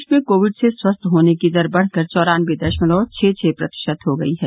देश में कोविड से स्वस्थ होने की दर बढकर चैरानबे दशमलव छह छह प्रतिशत हो गई है